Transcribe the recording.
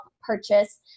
purchase